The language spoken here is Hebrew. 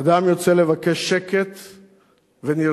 אדם יוצא לבקש שקט ונרצח,